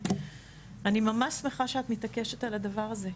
אני ממש שמחה שאת מתעקשת על הדבר הזה,